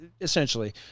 essentially